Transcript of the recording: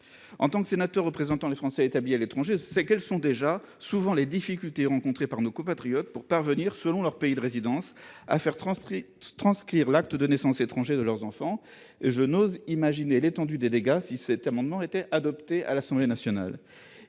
En tant que sénateur représentant les Français établis à l'étranger, je sais les difficultés déjà souvent rencontrées par nos compatriotes, selon leur pays de résidence, pour faire transcrire l'acte de naissance étranger de leur enfant. Je n'ose imaginer l'étendue des dégâts si cet amendement gouvernemental était adopté à l'Assemblée nationale